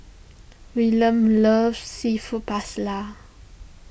Willard loves Seafood